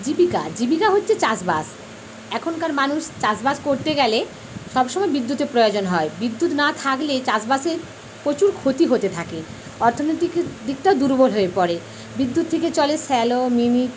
জীবিকা জীবিকা হচ্ছে চাষ বাস এখনকার মানুষ চাষবাস করতে গেলে সবসময় বিদ্যুতের প্রয়োজন হয় বিদ্যুৎ না থাকলে চাষ বাসের প্রচুর ক্ষতি হতে থাকে অর্থনৈতিক দিকটাও দুর্বল হয়ে পরে বিদ্যুৎ থেকে চলে স্যালো